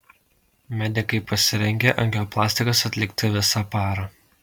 medikai pasirengę angioplastikas atlikti visą parą